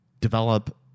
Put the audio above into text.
develop